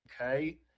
okay